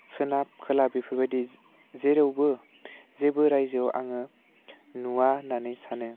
सोनाब खोला बेफरोबायदि जेरावबो जेबो रायजोआव आङो नुवा होननानै सानो